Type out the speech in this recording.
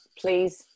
Please